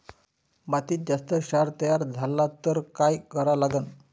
मातीत जास्त क्षार तयार झाला तर काय करा लागन?